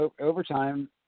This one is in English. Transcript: overtime